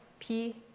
pee,